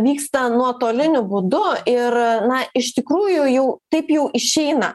vyksta nuotoliniu būdu ir na iš tikrųjų jau taip jau išeina